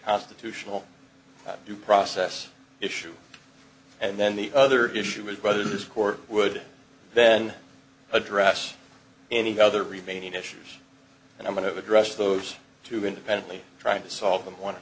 constitutional due process issue and then the other issue is whether this court would then address any other remaining issues and i'm going to address those two independently trying to solve them